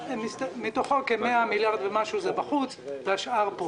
מתוכו כ-100 מיליארד ומשהו זה בחוץ והשאר פה.